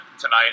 tonight